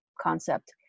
concept